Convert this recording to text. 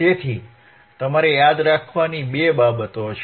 તેથી તમારે યાદ રાખવાની બે બાબતો છે